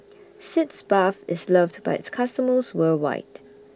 Sitz Bath IS loved By its customers worldwide